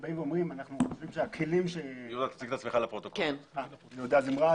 יהודה זמרת,